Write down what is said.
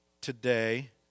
today